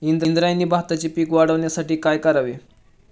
इंद्रायणी भाताचे पीक वाढण्यासाठी काय करावे?